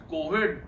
Covid